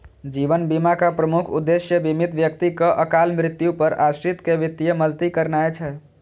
जीवन बीमाक प्रमुख उद्देश्य बीमित व्यक्तिक अकाल मृत्यु पर आश्रित कें वित्तीय मदति करनाय छै